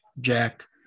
Jack